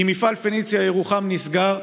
אם מפעל פניציה ירוחם נסגר,